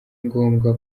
ngombwa